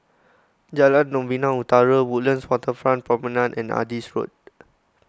Jalan Novena Utara Woodlands Waterfront Promenade and Adis Road